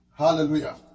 Hallelujah